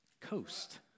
coast